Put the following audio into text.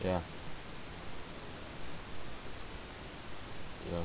ya ya